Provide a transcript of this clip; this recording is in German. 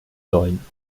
sollen